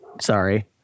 sorry